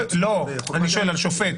לא, אני שואל על שופט.